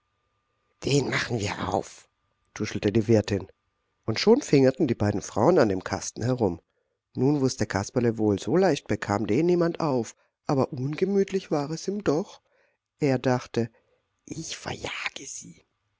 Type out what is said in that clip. den machen wir auf tuschelte die wirtin und schon fingerten die beiden frauen an dem kasten herum nun wußte kasperle wohl so leicht bekam den niemand auf aber ungemütlich war es ihm doch er dachte ich verjage sie